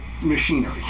machinery